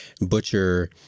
Butcher